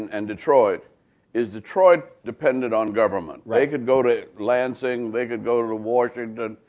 and detroit is detroit depended on government. they could go to lansing, they could go to washington,